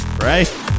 Right